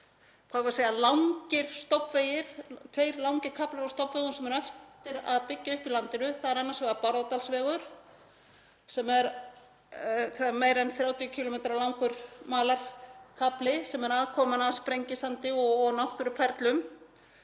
Það eru raunar tveir langir kaflar á stofnvegum sem á eftir að byggja upp í landinu. Það er annars vegar Bárðardalsvegur, sem er meira en 30 km langur malarkafli sem er aðkoma að Sprengisandi og náttúruperlum